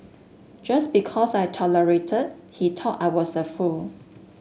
just because I tolerated he thought I was a fool